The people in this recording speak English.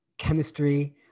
chemistry